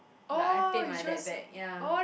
like I paid my dad back ya